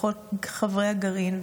לכל חברי הגרעינים,